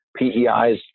PEIs